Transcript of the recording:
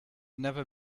never